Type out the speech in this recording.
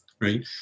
right